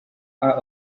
are